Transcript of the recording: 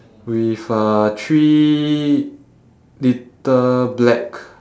with uh three little black